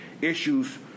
issues